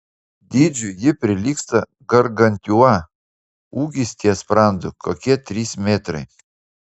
dydžiu ji prilygsta gargantiua ūgis ties sprandu kokie trys metrai